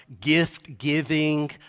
gift-giving